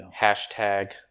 hashtag